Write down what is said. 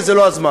וזה לא הזמן.